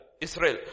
Israel